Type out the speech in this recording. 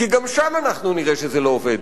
כי גם שם אנחנו נראה שזה לא עובד.